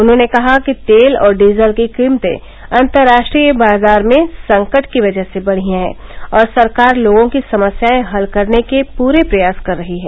उन्होंने कहा कि तेल और डीजल की कीमतें अंतर्राष्ट्रीय बाजार में संकट की वजह से बढ़ी हैं और सरकार लोगों की समस्याएं हल करने के पूरे प्रयास कर रही है